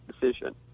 decision